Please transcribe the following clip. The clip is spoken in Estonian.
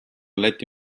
läti